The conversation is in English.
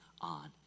on